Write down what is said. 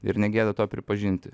ir negėda to pripažinti